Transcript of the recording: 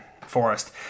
forest